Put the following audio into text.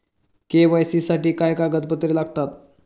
KYC साठी काय कागदपत्रे लागतात?